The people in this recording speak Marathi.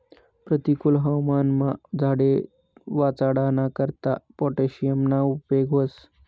परतिकुल हवामानमा झाडे वाचाडाना करता पोटॅशियमना उपेग व्हस